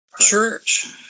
church